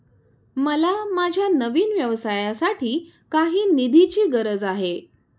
मला माझ्या नवीन व्यवसायासाठी काही निधीची गरज आहे